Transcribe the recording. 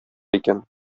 икән